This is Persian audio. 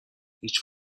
هیچ